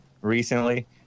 recently